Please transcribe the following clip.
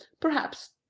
perhaps.